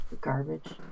Garbage